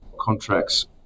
contracts